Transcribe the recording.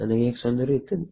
ನನಗೆ ದೊರೆಯುತ್ತದೆ